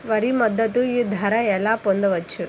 వరి మద్దతు ధర ఎలా పొందవచ్చు?